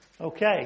Okay